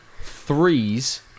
Threes